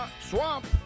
swamp